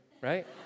right